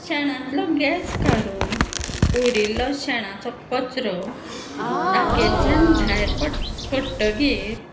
शणांतलो gas काडून उरिल्लो शेणाचो कचरो टाकयेंतल्यान भायर पट पडटगीर